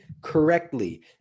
correctly